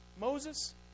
Moses